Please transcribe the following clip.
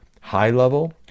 high-level